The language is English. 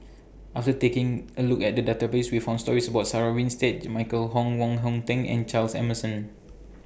after taking A Look At The Database We found stories about Sarah Winstedt Michael Wong Hong Teng and Charles Emmerson